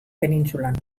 penintsulan